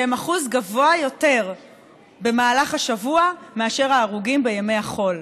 שהם אחוז גבוה יותר בסוף השבוע מאשר ההרוגים בימי החול.